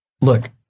look